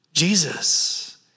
Jesus